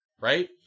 Right